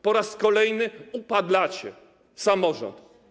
Po raz kolejny upadlacie samorząd.